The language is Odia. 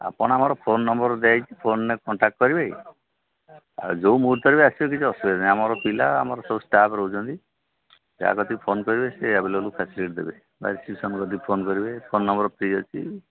ଆପଣ ଆମର ଫୋନ୍ ନମ୍ୱର୍ ଦିଆ ହୋଇଛି ଫୋନ୍ରେ କଣ୍ଟାକ୍ଟ କରିବେ ଆଉ ଯୋଉ ମୁହୂର୍ତ୍ତରେ ବି ଆସିଲେ କିଛି ଅସୁବିଧା ନାହିଁ ଆମର ପିଲା ଆମର ସବୁ ଷ୍ଟାଫ୍ ରହୁଛନ୍ତି ଯା କତିକି ଫୋନ୍ କରିବେ ସେ ଆଭେଲେବୁଲ୍ ଫାସିଲିଟି ଦେବେ ଆଉ ସେଇ ସମୟକୁ ଫୋନ୍ କରିବ ଫୋନ୍ ନମ୍ୱର୍ ଫ୍ରି ଅଛି